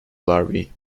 larvae